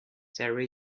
there